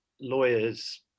lawyers